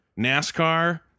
NASCAR